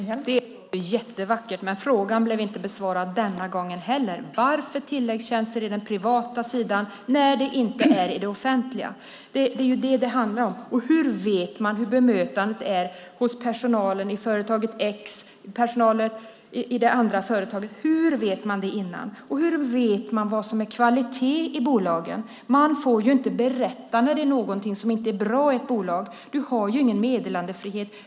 Fru talman! Det låter jättevackert, men frågan blev inte besvarad denna gång heller. Varför tilläggstjänster inom den privata sidan när det inte är tillåtet i det offentliga? Det är vad det handlar om. Hur vet man hur bemötandet är hos personalen i företaget X och hos personalen i det andra företaget? Hur vet man det innan? Hur vet man vad som är kvalitet i bolagen? Du får ju inte berätta när det är någonting som inte är bra i ett bolag. Du har ingen meddelarfrihet.